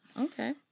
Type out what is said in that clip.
Okay